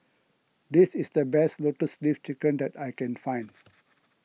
this is the best Lotus Leaf Chicken that I can find